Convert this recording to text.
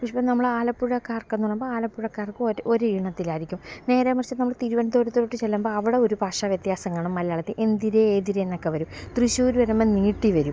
പക്ഷേ നമ്മൾ ആലപ്പുഴക്കാര്ക്കെന്നു പറയുമ്പം ആലപ്പുഴക്കാര്ക്ക് ഒരു ഒരു ഈണത്തിലായിരിക്കും നേരേ മറിച്ച് നമ്മൾ തിരുവനന്തപുരത്തോട്ട് ചെല്ലുമ്പം അവിടെ ഒരു ഭാഷാ വ്യത്യാസം കാണും മലയാളത്തിൽ എന്തിരേ ഏതിരേ എന്നെക്കെ വരും തൃശ്ശൂർ വരുമ്പം നീട്ടി വരും